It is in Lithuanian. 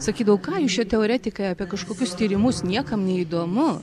sakydavo ką jūs čia teoretikai apie kažkokius tyrimus niekam neįdomu